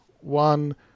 one